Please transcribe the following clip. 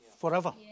forever